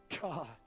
God